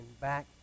back